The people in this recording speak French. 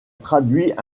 traduit